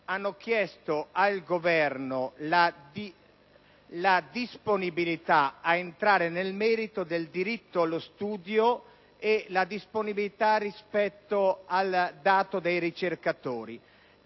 hanno chiesto al Governo la disponibilità a entrare nel merito del diritto allo studio, nonché una disponibilità rispetto al dato dei ricercatori.